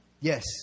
yes